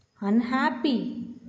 unhappy